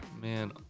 Man